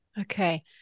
Okay